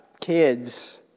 kids